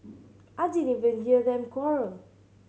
I didn't even hear them quarrel